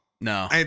No